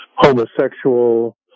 homosexual